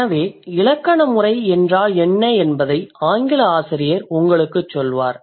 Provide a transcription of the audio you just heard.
எனவே இலக்கண முறை என்றால் என்ன என்பதை ஆங்கில ஆசிரியர் உங்களுக்குச் சொல்வார்